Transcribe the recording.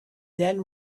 then